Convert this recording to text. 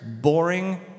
boring